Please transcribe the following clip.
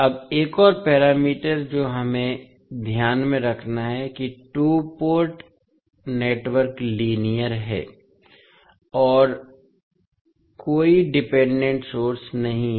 अब एक और मानदंड जो हमें ध्यान में रखना है कि टू पोर्ट नेटवर्क लीनियर है और कोई डिपेंडेंट सोर्स नहीं है